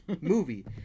movie